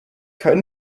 kein